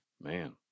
Man